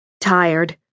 Tired